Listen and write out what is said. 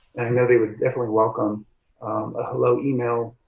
know they would definitely welcome a hello email,